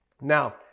Now